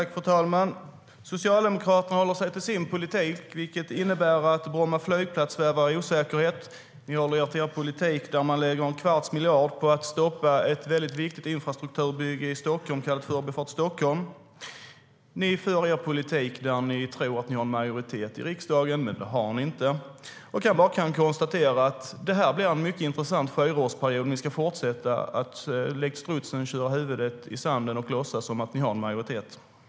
Fru talman! Socialdemokraterna håller sig till sin politik, vilket innebär att Bromma flygplats svävar i osäkerhet. Ni håller er till er politik där ni lägger en kvarts miljard på att stoppa ett viktigt infrastrukturbygge i Stockholm kallat Förbifart Stockholm.